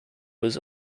was